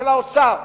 של האוצר,